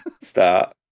start